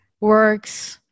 works